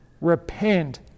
repent